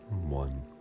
one